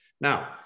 Now